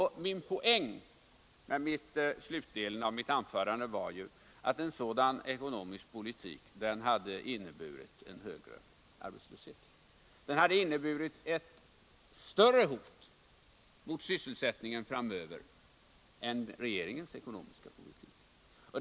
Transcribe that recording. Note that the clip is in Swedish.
Min poäng i slutet av mitt tidigare anförande var ju att en sådan ekonomisk politik hade inneburit högre arbetslöshet, ett större hot mot sysselsättningen framöver än regeringens ekonomiska politik.